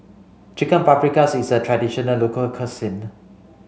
chicken Paprikas is a traditional local cuisine